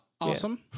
Awesome